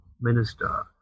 minister